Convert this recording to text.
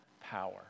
power